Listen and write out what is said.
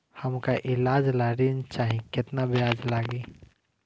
हमका ईलाज ला ऋण चाही केतना ब्याज लागी?